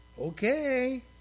Okay